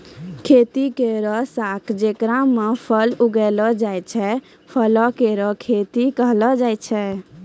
खेती केरो शाखा जेकरा म फल उगैलो जाय छै, फलो केरो खेती कहलाय छै